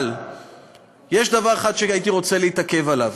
אבל יש דבר אחד שהייתי רוצה להתעכב עליו,